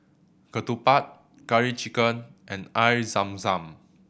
ketupat Curry Chicken and Air Zam Zam